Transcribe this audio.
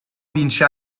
vince